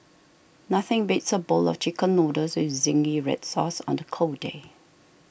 nothing beats a bowl of Chicken Noodles with Zingy Red Sauce on a cold day